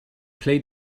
play